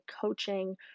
coaching